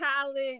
college